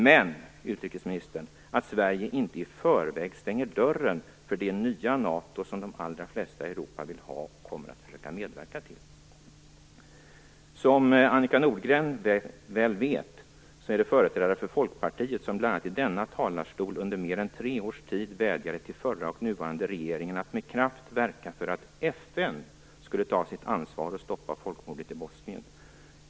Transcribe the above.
Men, utrikesministern, Sverige bör inte i förväg stänga dörren för det nya NATO som de allra flesta i Europa vill ha och kommer att försöka medverka till. Som Annika Nordgren väl vet var det företrädare för Folkpartiet som i denna talarstol under mer än tre års tid vädjade till förra och nuvarande regeringen att med kraft verka för att FN skulle ta sitt ansvar och stoppa folkmordet i Bosnien.